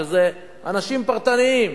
שזה אנשים פרטניים